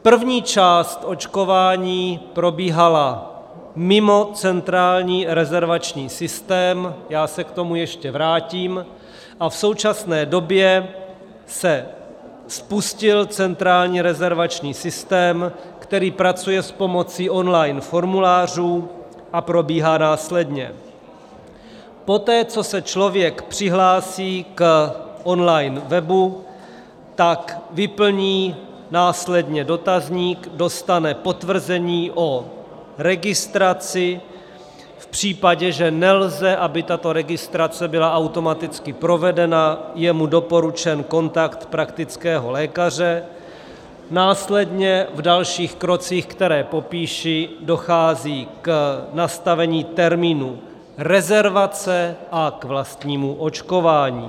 První část očkování probíhala mimo centrální rezervační systém, já se k tomu ještě vrátím, a v současné době se spustil centrální rezervační systém, který pracuje s pomocí online formulářů a probíhá následně: poté, co se člověk přihlásí k online webu, tak vyplní následně dotazník, dostane potvrzení o registraci, v případě, že nelze, aby tato registrace byla automaticky provedena, je mu doporučen kontakt praktického lékaře, následně v dalších krocích, které popíši, dochází k nastavení termínu rezervace a k vlastnímu očkování.